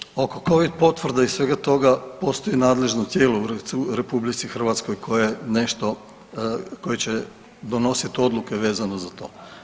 Pa oko covid potvrda i svega toga postoji nadležno tijelo u RH koje nešto, koje će donosit odluke vezano za to.